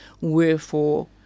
wherefore